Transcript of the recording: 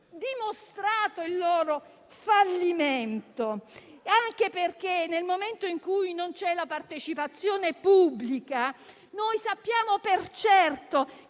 dimostrato il loro fallimento, anche perché, nel momento in cui non c'è la partecipazione pubblica, sappiamo per certo